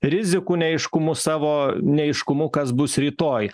rizikų neaiškumu savo neaiškumu kas bus rytoj